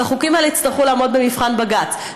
והחוקים האלה יצטרכו לעמוד במבחן בג"ץ.